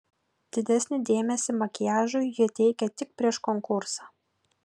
didesnį dėmesį makiažui ji teikė tik prieš konkursą